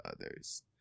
others